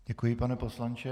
Děkuji, pane poslanče.